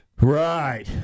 Right